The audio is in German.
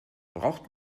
braucht